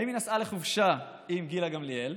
האם היא נסעה לחופשה עם גילה גמליאל,